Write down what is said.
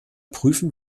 prüfen